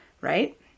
right